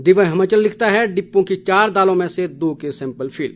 दिव्य हिमाचल लिखता है डिप्ओं की चार दालों में से दो के सैंपल फेल